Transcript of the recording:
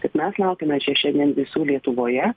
kad mes laukiame čia šiandien visų lietuvoje